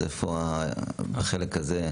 אז איפה החלק הזה?